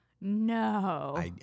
No